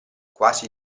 quasi